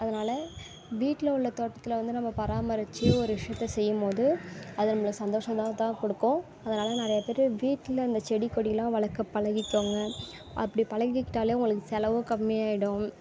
அதனால வீட்டில் உள்ள தோட்டத்தில் வந்து நம்ம பராமரித்து ஒரு விஷயத்த செய்யும் போது அது நம்மள சந்தோஷமா தான் கொடுக்கும் அதனால நிறையா பேர் வீட்டில் அந்த செடி கொடிலாம் வளர்க்க பழகிக்கோங்க அப்படி பழகிக்கிட்டாலே உங்களுக்கு செலவும் கம்மியாகிடும்